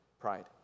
pride